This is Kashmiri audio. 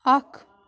اکھ